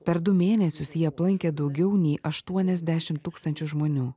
per du mėnesius jį aplankė daugiau nei aštuoniasdešim tūkstančių žmonių